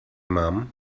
mom